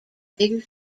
bigger